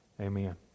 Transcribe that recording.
Amen